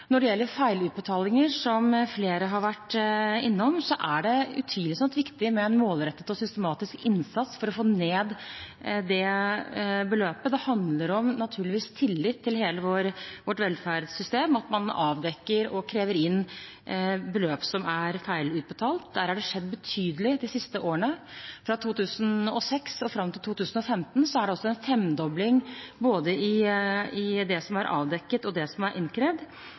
Når det gjelder feilutbetalinger, som flere har vært innom, er det utvilsomt viktig med en målrettet og systematisk innsats for å få ned det beløpet. Det handler naturligvis om tillit til hele vårt velferdssystem at man avdekker og krever inn beløp som er feilutbetalt. Der har det skjedd betydelig de siste årene. Fra 2006 og fram til 2015 er det en femdobling både i det som er avdekket, og det som er innkrevd.